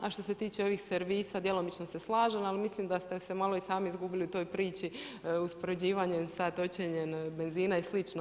A što se tiče ovih servisa djelomično se slažem, ali mislim da ste se malo i sami izgubili u toj priči uspoređivanjem sa točenjem benzina i slično.